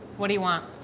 what do you want?